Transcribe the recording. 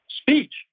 speech